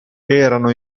erano